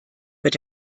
wird